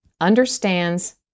understands